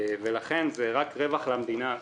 לכן כל הסיפור הזה הוא רווח למדינה.